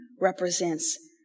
represents